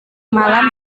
malam